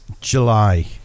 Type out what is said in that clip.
July